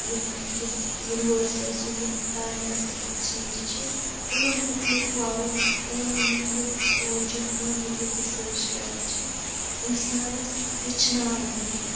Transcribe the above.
یِم یَتھ یوٗنِوٲرسَس یِم یَتھ کایِناتَس منٛز چیٖز چھِ یِمَن مُتعلِق پَرُن یِمَن مُتعلِق سونٛچُن یِمَن مُتعلِق رِسٲرٕچ کَرٕنۍ چھِ اِنسانَس ہٮ۪چھناوان کیٚنہہ